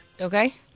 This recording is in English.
Okay